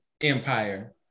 Empire